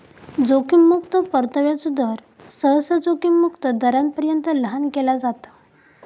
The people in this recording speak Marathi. जोखीम मुक्तो परताव्याचो दर, सहसा जोखीम मुक्त दरापर्यंत लहान केला जाता